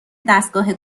دستگاه